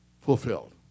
fulfilled